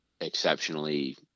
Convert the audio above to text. exceptionally